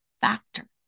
factor